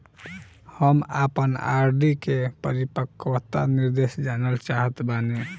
हम आपन आर.डी के परिपक्वता निर्देश जानल चाहत बानी